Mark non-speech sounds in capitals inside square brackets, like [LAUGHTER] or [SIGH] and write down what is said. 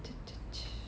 [NOISE]